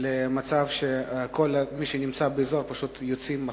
למצב שכל מי שנמצא באזור פשוט יצא החוצה,